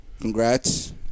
congrats